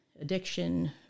addiction